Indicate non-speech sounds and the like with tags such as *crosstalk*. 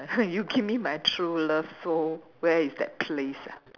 *laughs* you give me my true love so where is that place